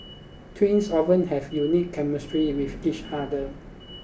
twins often have unique chemistry with each other